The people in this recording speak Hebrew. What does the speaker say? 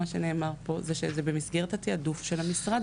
מה שנאמר פה זה שזה במסגרת התעדוף של המשרד.